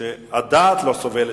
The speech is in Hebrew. שהדעת לא סובלת,